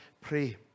pray